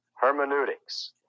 hermeneutics